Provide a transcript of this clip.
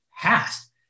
past